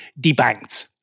debanked